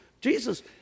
Jesus